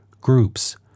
groups